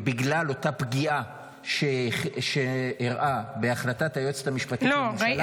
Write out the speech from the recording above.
בגלל אותה פגיעה שאירעה בהחלטת היועצת המשפטית לממשלה --- לא,